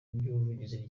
ry’ubuvuzi